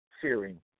fearing